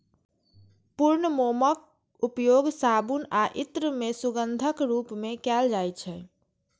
पूर्ण मोमक उपयोग साबुन आ इत्र मे सुगंधक रूप मे कैल जाइ छै